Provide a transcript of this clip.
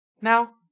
now